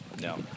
no